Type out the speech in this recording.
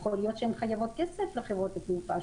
יכול להיות שהן חייבות כסף לחברות התעופה,